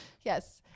yes